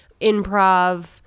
improv